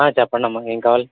చెప్పండమ్మా ఎం కావాలి